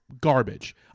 garbage